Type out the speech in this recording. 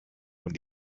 und